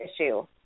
issue